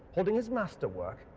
hoiding his masterwork,